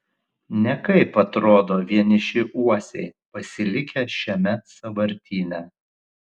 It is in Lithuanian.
nekaip atrodo vieniši uosiai pasilikę šiame sąvartyne